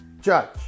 judge